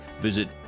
visit